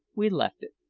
we left it,